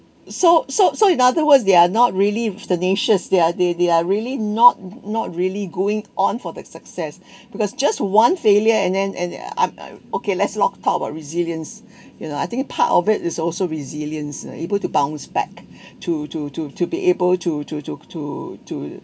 so so so in other words they're not really ostentatious they're they they are really not not really going on for the success because just one failure and then and I'm okay let's not talk about resilience you know I think part of it is also resilience able to bounce back to to to to be able to to to to to